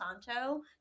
Santo